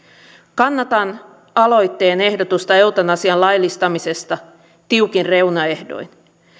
kannatan aloitteen ehdotusta eutanasian laillistamisesta tiukin reunaehdoin